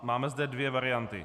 Máme zde dvě varianty.